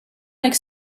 like